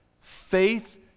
Faith